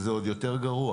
וזה עוד יותר גרוע